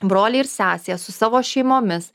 broliai ir sesės su savo šeimomis